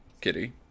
kitty